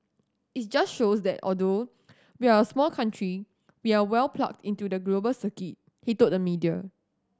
it just shows that although we're a small country we're well plugged into the global circuit he told the media